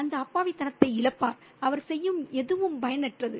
அந்த அப்பாவித்தனத்தை இழப்பது அவர் செய்யும் எதுவும் பயனற்றது